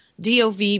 DOV